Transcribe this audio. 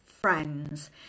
friends